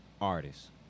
artists